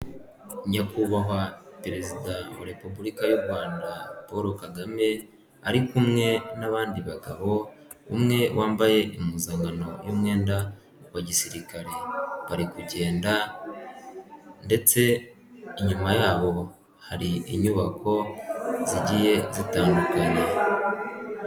Nyakubahwa Perezida wa Repubulika y'u Rwanda Paul Kagame ari kumwe n'abandi bagabo, umwe wambaye impuzankano y'umwenda wa gisirikare, bari kugenda ndetse inyuma yabo hari inyubako zigiye zitandukanye.